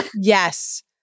Yes